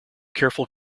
careful